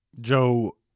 Joe